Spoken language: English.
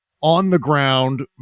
on-the-ground